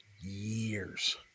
years